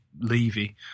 Levy